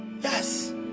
Yes